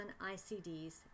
ICDs